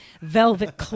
velvet